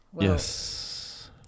yes